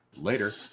Later